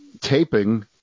taping